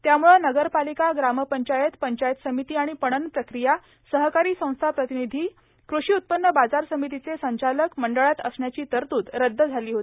त्याम्रळं नगरपालिका ग्रामपंचायत पंचायत समिती आणि पणन प्रक्रिया सहकारी संस्था प्रतिनिधी कृषी उत्पन्न बाजार समितीचे संचालक मंडळात असण्याची तरतूद रद्द झाली होती